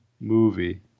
movie